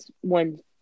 one